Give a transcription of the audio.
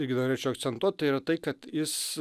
irgi norėčiau akcentuoti tai yra tai kad jis